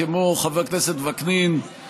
כמו חבר הכנסת וקנין,